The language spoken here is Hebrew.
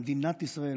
למדינת ישראל,